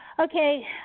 Okay